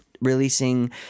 releasing